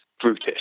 brutish